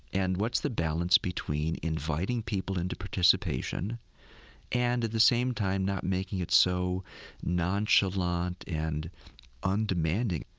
and what's the balance between inviting people into participation and at the same time not making it so nonchalant and undemanding?